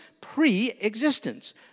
pre-existence